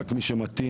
רק למי שמטעין,